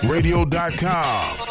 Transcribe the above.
Radio.com